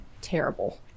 Terrible